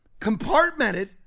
Compartmented